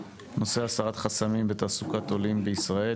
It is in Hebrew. נושא הסרת חסמים בתעסוקת עולים בישראל,